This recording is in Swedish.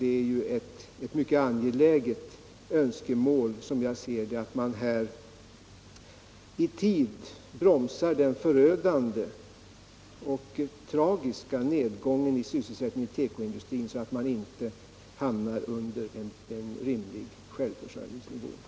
Det är, som jag ser det, ett mycket angeläget önskemål att man här i tid bromsar den förödande och tragiska nedgången i sysselsättningen inom tekoindustrin, så att man inte hamnar under en rimlig självförsörjningsnivå.